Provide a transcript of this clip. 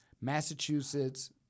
Massachusetts